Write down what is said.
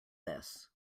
this